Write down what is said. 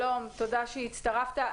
שלום ותודה שהצטרפת.